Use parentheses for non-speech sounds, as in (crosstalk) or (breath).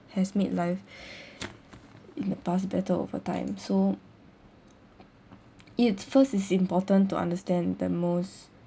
has made life (breath) in the past better over time so it's first it's important to understand the most